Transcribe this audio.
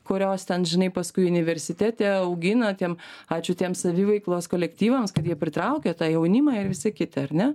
kurios ten žinai paskui universitete augina tiem ačiū tiems saviveiklos kolektyvams kad jie pritraukia tą jaunimą ir visi kiti ar ne